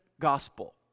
gospel